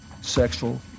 sexual